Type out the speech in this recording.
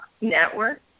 Network